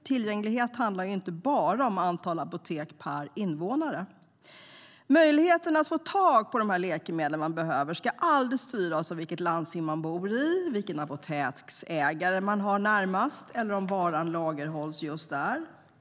Tillgänglighet handlar inte bara om antal apotek per invånare. Möjligheten att få tag på de läkemedel man behöver ska aldrig styras av vilket landsting man bor i eller av vilken apoteksägare man har närmast och om varan lagerhålls just där.